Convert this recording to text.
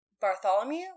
Bartholomew